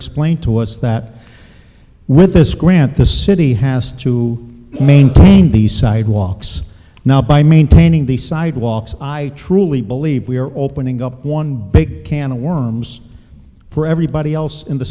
explained to us that with this grant the city has to maintain these sidewalks now by maintaining the sidewalks i truly believe we are opening up one big can of worms for everybody else in the